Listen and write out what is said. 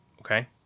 Okay